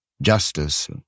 justice